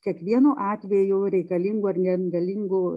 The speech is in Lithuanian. kiekvienu atveju reikalingu ar ne reikalingu